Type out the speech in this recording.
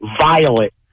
violet